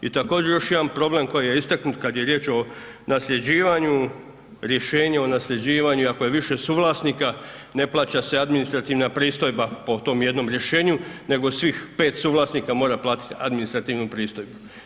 I također još jedan problem koji je istaknut kada je riječ o nasljeđivanju, rješenje o nasljeđivanju i ako je više suvlasnika ne plaća se administrativna pristojba po tom jednom rješenju nego svih pet suvlasnika mora platiti administrativnu pristojbu.